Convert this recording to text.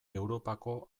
europako